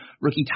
Rookie